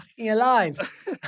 alive